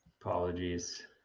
Apologies